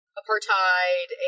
apartheid